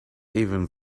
even